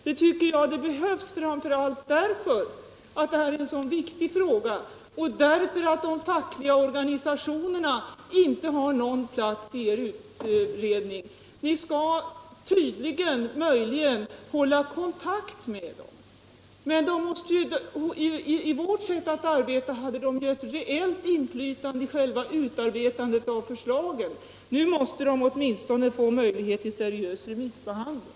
Jag tycker att det behövs en remissbehandling, framför allt därför att detta är en så viktig fråga och därför att de fackliga organisationerna inte har någon plats i er utredning. Ni skall möjligen hålla kontakt med dem. Med vårt sätt att arbeta hade de ett reellt inflytande vid själva utarbetandet av förslagen. Nu måste de åtminstone få möjlighet till en seriös remissbehandling.